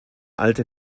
alte